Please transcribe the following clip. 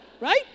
Right